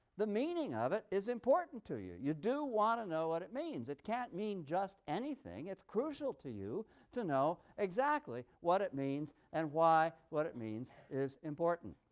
the meaning of it is important to you. you do want to know what it means. it can't mean just anything. it's crucial to you to know exactly what it means and why what it means is important.